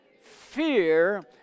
fear